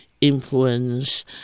influence